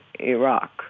Iraq